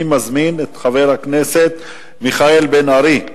אני מזמין את חבר הכנסת מיכאל בן-ארי.